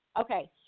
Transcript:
okay